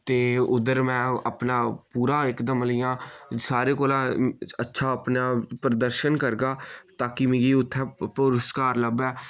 ते उद्धर में अपना पूरा एकदम मतलब इयां सारे कोला अच्छा अपना प्रदर्शन करगा ताकि मिकी उत्थै पुरस्कार लब्भै